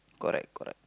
correct correct